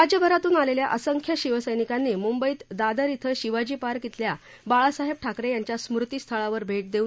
राज्यभरातून आलेल्या असंख्य शिवसैनिकांनी मुंबईत दादर इथं शिवाजी पार्क इथल्या बाळासाहेब ठाकरे यांच्या स्मृतिस्थळावर भेट देऊन अभिवादन केलं